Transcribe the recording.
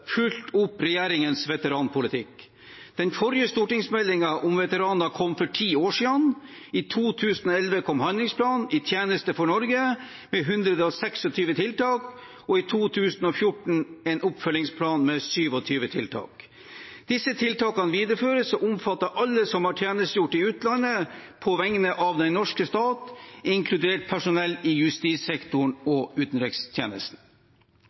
fulgt opp regjeringens veteranpolitikk. Den forrige stortingsmeldingen om veteraner kom for ti år siden. I 2011 kom handlingsplanen «I tjeneste for Norge» med 126 tiltak, og i 2014 kom en oppfølgingsplan med 27 tiltak. Disse tiltakene videreføres og omfatter alle som har tjenestegjort i utlandet på vegne av den norske stat, inkludert personell i justissektoren og utenrikstjenesten.